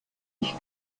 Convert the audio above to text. ich